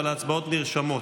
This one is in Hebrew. אבל ההצבעות נרשמות.